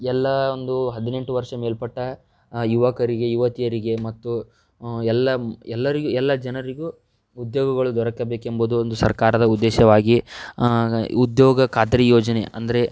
ಎಲ್ಲ ಒಂದು ಹದಿನೆಂಟು ವರ್ಷ ಮೇಲ್ಪಟ್ಟ ಯುವಕರಿಗೆ ಯುವತಿಯರಿಗೆ ಮತ್ತು ಎಲ್ಲ ಎಲ್ಲರಿಗೂ ಎಲ್ಲ ಜನರಿಗೂ ಉದ್ಯೋಗಗಳು ದೊರಕಬೇಕೆಂಬುದು ಒಂದು ಸರ್ಕಾರದ ಉದ್ಧೇಶವಾಗಿ ಉದ್ಯೋಗ ಖಾತರಿ ಯೋಜನೆ ಅಂದರೆ